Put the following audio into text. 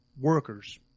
Workers